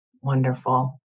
Wonderful